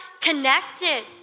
connected